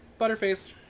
Butterface